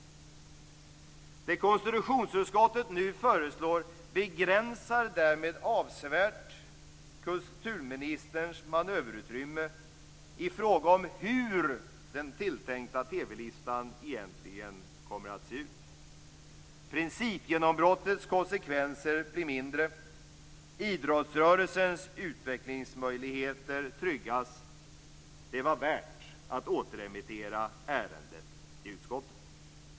Det som konstitutionsutskottet nu föreslår begränsar därmed avsevärt kulturministerns manöverutrymme i fråga om hur den tilltänkta TV-listan egentligen kommer att se ut. Principgenombrottets konsekvenser blir mindre, och idrottsrörelsens utvecklingsmöjligheter tryggas - det var värt att återremittera ärendet till utskottet.